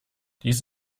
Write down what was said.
dies